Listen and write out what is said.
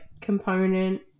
component